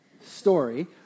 story